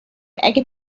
اگه